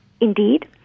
Indeed